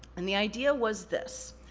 and the idea was this,